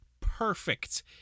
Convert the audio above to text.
perfect